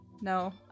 no